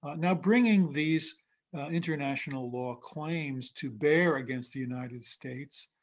now bringing these international law claims to bear against the united states